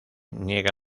niega